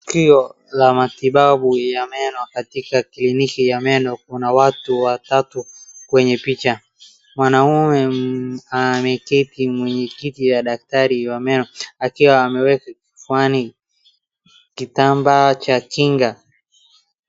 Kituo cha matibabu ya meno katika kliniki ya meno, kuna watu watatu kwenye picha. Mwanaume ameketi kwenye kiti ya daktari wa meno akiwa ameweka kifuani kitambaa cha kinga.